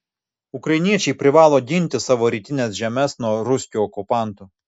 ukrainiečiai privalo ginti savo rytines žemes nuo ruskių okupantų